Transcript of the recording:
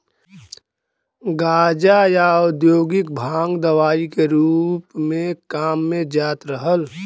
गांजा, या औद्योगिक भांग दवाई के रूप में काम में जात रहल